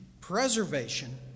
preservation